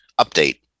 update